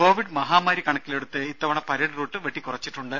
Covid മഹാമാരി കണക്കിലെടുത്ത് ഇത്തവണ പരേഡ് റൂട്ട് വെട്ടിക്കുറച്ചിട്ടുണ്ട്